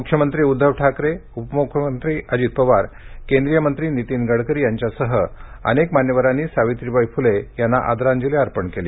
मुख्यममत्री उद्दव ठाकरे उपमुख्यमंत्री अजीत पवार केंद्रीय मंत्री नीतीन गडकरी यांच्यासह अनेक मान्यवरांनी सावित्रीबाई फुले यांना आदरांजली अर्पण केली